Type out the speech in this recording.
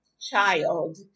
child